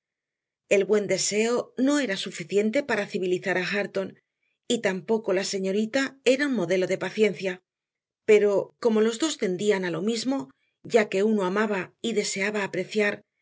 el buen deseo no era suficiente para civilizar a hareton y tampoco la señorita era un modelo de paciencia pero como los dos tendían a lo mismo ya que uno amaba y deseaba apreciar